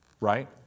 Right